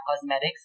Cosmetics